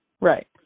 Right